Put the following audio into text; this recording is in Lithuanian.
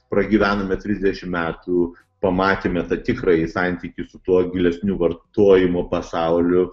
pragyvenome trisdešimt metų pamatėme tą tikrąjį santykį su tuo gilesniu vartojimo pasauliu